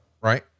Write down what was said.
right